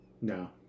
No